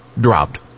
dropped